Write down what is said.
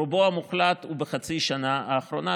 רובו המוחלט הוא בחצי השנה האחרונה,